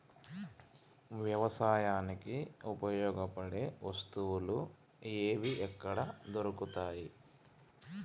వ్యవసాయానికి ఉపయోగపడే వస్తువులు ఏవి ఎక్కడ దొరుకుతాయి?